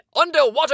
underwater